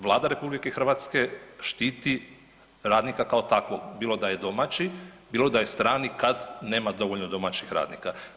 Vlada RH štiti radnika kao takvog bilo da je domaći, bilo da je strani kad nema dovoljno domaćih radnika.